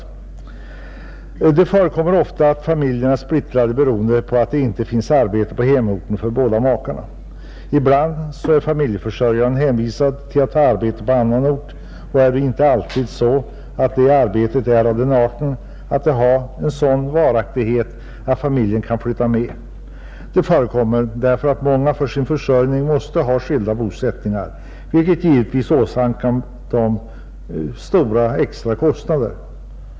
Det förekommer ofta att familjer är splittrade beroende på att det inte finns arbete på hemorten för båda makarna. Ibland är familjeförsörjaren hänvisad att ta arbete på annan ort, och det arbetet har inte alltid den varaktigheten att familjen kan flytta med. Det förekommer därför att många för sin försörjning måste ha skilda bosättningar, något som givetvis åsamkar dem stora extrakostnader.